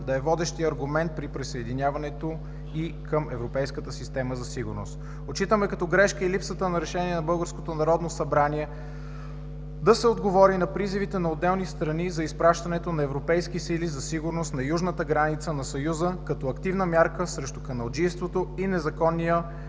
да е водещият аргумент при присъединяването й към европейската система за сигурност. Отчитаме като грешка и липсата на решение на българското Народно събрание да се отговори на призивите на отделни страни за изпращането на европейски сили за сигурност на южната граница на Съюза като активна мярка срещу каналджийството и незаконния